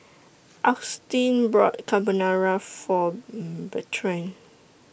Agustin bought Carbonara For Bertrand